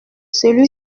celui